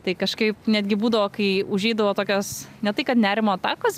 tai kažkaip netgi būdavo kai užeidavo tokios ne tai kad nerimo atakos